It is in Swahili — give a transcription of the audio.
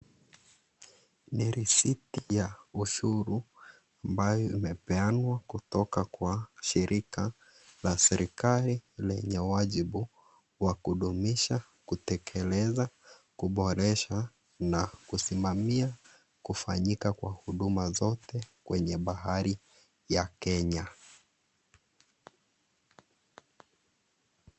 Ni risiti ya ushuru, ambayo imepeanwa kutoka kwa shirika la serikali lenye wajibu wa kudumisha, kutekeleza kuboresha na kusimamia kufanyika kwa huduma zote kwenye bahari ya Kenya.